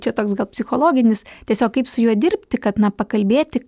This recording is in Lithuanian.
čia toks psichologinis tiesiog kaip su juo dirbti kad na pakalbėti